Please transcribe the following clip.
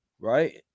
right